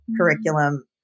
curriculum